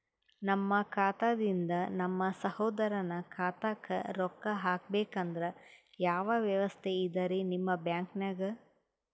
ನಮ್ಮ ಖಾತಾದಿಂದ ನಮ್ಮ ಸಹೋದರನ ಖಾತಾಕ್ಕಾ ರೊಕ್ಕಾ ಹಾಕ್ಬೇಕಂದ್ರ ಯಾವ ವ್ಯವಸ್ಥೆ ಇದರೀ ನಿಮ್ಮ ಬ್ಯಾಂಕ್ನಾಗ?